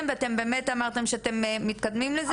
ואתם באמת אמרתם שאתם מתקדמים לזה.